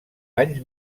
anys